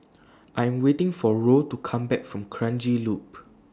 I Am waiting For Roe to Come Back from Kranji Loop